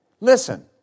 Listen